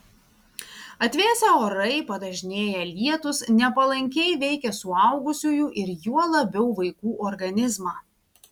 atvėsę orai padažnėję lietūs nepalankiai veikia suaugusiųjų ir juo labiau vaikų organizmą